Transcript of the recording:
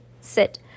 Sit